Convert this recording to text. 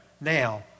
now